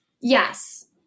Yes